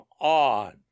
on